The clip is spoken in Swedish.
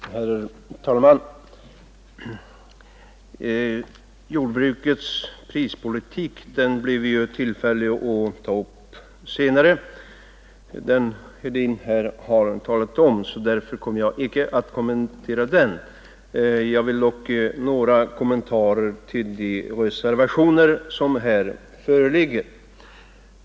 Herr talman! Jordbrukets prispolitik, som herr Hedin har talat om, får vi tillfälle att behandla senare, och jag skall därför inte närmare kommentera den. Jag vill dock ge några kommentarer till de reservationer som föreligger.